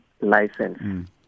license